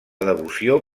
devoció